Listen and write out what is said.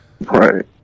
Right